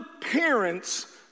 parents